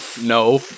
no